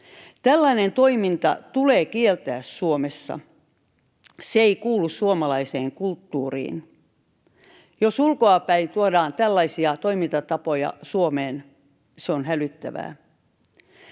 Tällainen toiminta tulee kieltää Suomessa. Se ei kuulu suomalaiseen kulttuuriin. Jos ulkoapäin tuodaan tällaisia toimintatapoja Suomeen, se on hälyttävää.